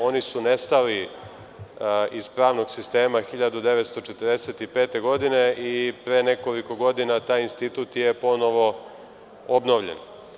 Oni su nestali iz pravnog sistema 1945. godine i pre nekoliko godina taj institut je ponovo obnovljen.